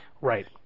Right